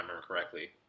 correctly